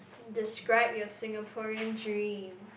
describe your Singaporean dream